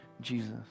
Jesus